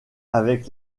avec